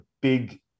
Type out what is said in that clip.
big